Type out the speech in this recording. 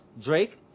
Drake